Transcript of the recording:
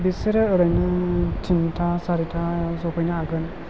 बिसोरो ओरैनो थिनथा सारिथायाव सफैनो हागोन